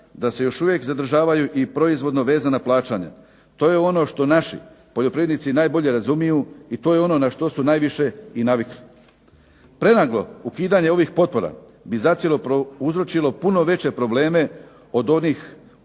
da se još uvijek zadržavaju i proizvodno vezana plaćanja. To je ono što naši poljoprivrednici najbolje razumiju i to je ono na što su najviše i navikli. Prenaglo ukidanje ovih potpora bi zacijelo prouzročilo puno veće probleme od ovih koje